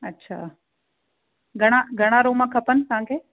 अच्छा घणा घणा रूम खपनि तव्हां